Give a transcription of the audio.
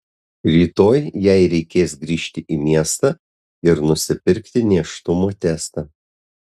rytoj jai reikės grįžti į miestą ir nusipirkti nėštumo testą